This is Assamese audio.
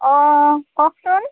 অঁ কওকচোন